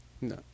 No